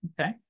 Okay